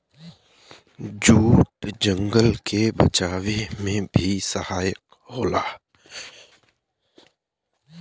jute जंगल के बचावे में भी सहायक होला